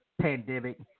pandemic